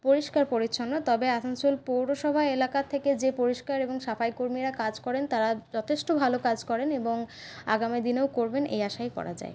পরিষ্কার পরিচ্ছন্ন তবে আসানসোল পৌরসভা এলাকা থেকে যে পরিষ্কার এবং সাফাই কর্মীরা কাজ করেন তারা যথেষ্ট ভালো কাজ করেন এবং আগামী দিনেও করবেন এই আশাই করা যায়